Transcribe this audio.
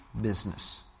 business